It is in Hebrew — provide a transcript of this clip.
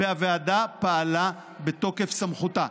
והוועדה פעלה בתוקף סמכותה.